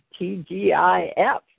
TGIF